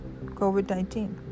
COVID-19